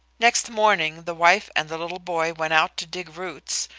next morning the wife and the little boy went out to dig roots,